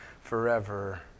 forever